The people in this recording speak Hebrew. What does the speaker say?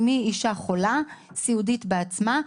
אימי אישה חולה וסיעודית בעצמה,